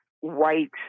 white